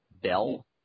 bell